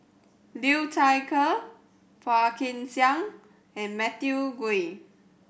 Liu Thai Ker Phua Kin Siang and Matthew Ngui